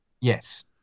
Yes